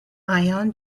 ion